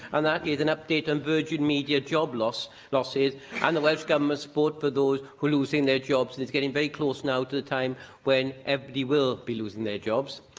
and that is an update on virgin media job losses losses and the welsh government support for those who are losing their jobs, and it's getting very close now to the time when everybody will be losing their jobs.